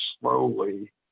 slowly